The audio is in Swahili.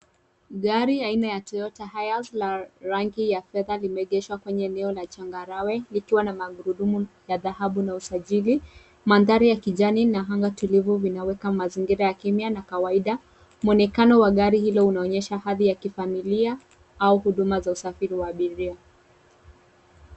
Gari aina ya Toyota Hiacela rangi ya fedha limeegeshwa katika eneo la changarawe likiwa na magurudumu ya dhahabu na usajili, mandhari ya kijani na anga tulivu vinaweka mazingira kimya na kawaida. Mwonekano wa gari hilo unaonesha hali ya kifamilia au huduma za usafiri wa abiria.